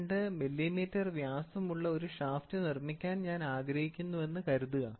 02 millimetre വ്യാസമുള്ള ഒരു shaft നിർമ്മിക്കാൻ ഞാൻ ആഗ്രഹിക്കുന്നുവെന്ന് കരുതുക